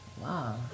Wow